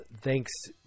Thanks